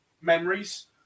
memories